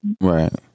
Right